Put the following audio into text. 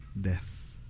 death